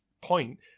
point